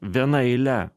viena eile